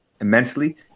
immensely